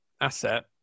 asset